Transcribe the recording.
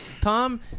Tom